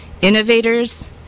innovators